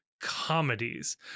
comedies